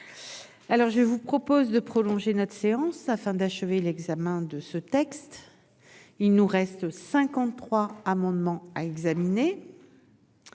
Je vous propose de prolonger notre séance afin d'achever l'examen de ce texte. Il nous reste cinquante-trois amendements à examiner